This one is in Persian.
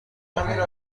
اخه